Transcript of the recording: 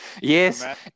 Yes